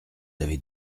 avez